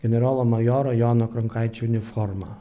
generolo majoro jono kronkaičio uniforma